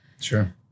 Sure